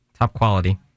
top-quality